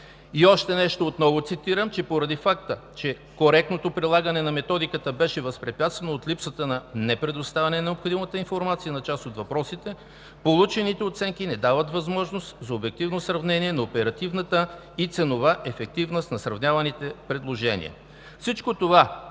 И още нещо. Отново цитирам, че поради факта, че коректното прилагане на методиката беше възпрепятствано от липсата, от непредоставяне на необходимата информация по част от въпросите, получените оценки не дават възможност за обективно сравнение на оперативната и ценова ефективност на сравняваните предложения. Всичко това